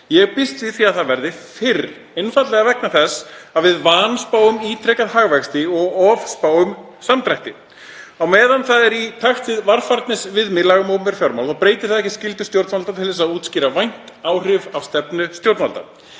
Ég býst við því að það verði fyrr, einfaldlega vegna þess að við vanspáum ítrekað hagvexti og ofspáum samdrætti. Þó að það sé í takt við varfærnisviðmið laga um opinber fjármál þá breytir það ekki skyldu stjórnvalda til að útskýra vænt áhrif af stefnu stjórnvalda.